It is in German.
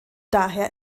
daher